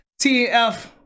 TF